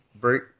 break